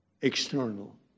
external